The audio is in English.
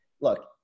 look